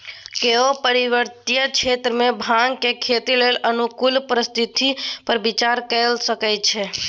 केओ पर्वतीय क्षेत्र मे भांगक खेती लेल अनुकूल परिस्थिति पर विचार कए सकै छै